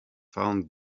found